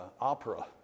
opera